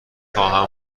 خواهم